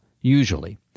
usually